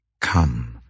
come